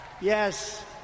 yes